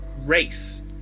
Race